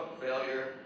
failure